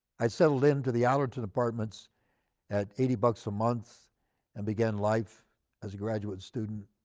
i settled in to the alderson apartments at eighty bucks a month and began life as a graduate student.